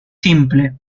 simple